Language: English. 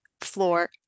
floor